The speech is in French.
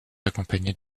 accompagnées